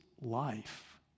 life